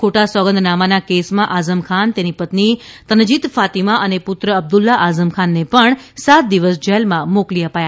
ખોટા સોગંદનામાના કેસમાં આઝમખાન તેની પત્ની તનજીત ફાતીમા અને પુત્ર અબ્દુલ્લા આઝમખાનને પણ સાત દિવસ જેલમાં મોકલી અપાયા છે